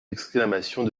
exclamations